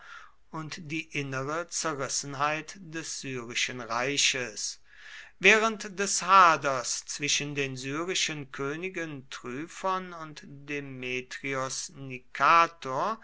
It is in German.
und die innere zerrissenheit des syrischen reiches während des haders zwischen den syrischen königen tryphon und demetrios nikator